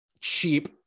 cheap